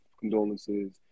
condolences